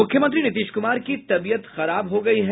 मुख्यमंत्री नीतीश कुमार की तबीयत खराब हो गयी है